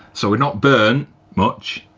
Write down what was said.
so we're not burnt, much.